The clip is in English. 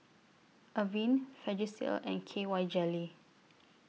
Avene Vagisil and K Y Jelly